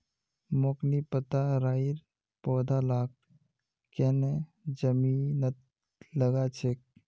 मोक नी पता राइर पौधा लाक केन न जमीनत लगा छेक